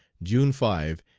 june five,